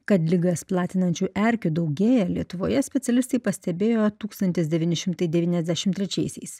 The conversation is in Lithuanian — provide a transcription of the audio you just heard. kad ligas platinančių erkių daugėja lietuvoje specialistai pastebėjo tūkstantis devyni šimtai devyniasdešim trečiaisiais